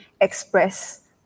express